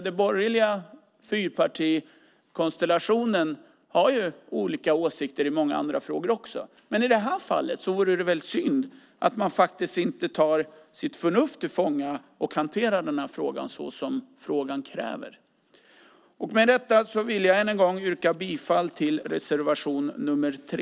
Den borgerliga fyrpartikonstellationen har ju olika åsikter i många andra frågor också. I det här fallet vore det synd att inte ta sitt förnuft till fånga och hantera frågan så som frågan kräver. Med detta vill jag än en gång yrka bifall till reservation nr 3.